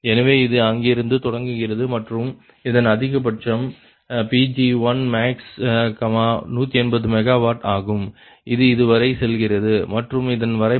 எனவே இது இங்கிருந்து தொடங்குகிறது மற்றும் இதன் அதிகபட்சம் Pg1max 180 MW ஆகும் இது இதுவரை செல்கிறது மற்றும் அதன் வரைபடத்தின்படி இது 73